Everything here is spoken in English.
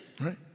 right